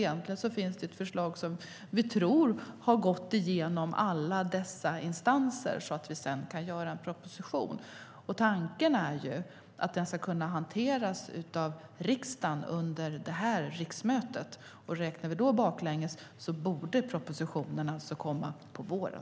Då finns ett förslag som vi tror kommer att gå igenom alla dessa instanser så att vi sedan kan göra en proposition. Tanken är att den ska kunna hanteras av riksdagen under detta riksmöte. Om vi räknar baklänges borde propositionen alltså komma på våren.